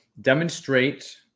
demonstrate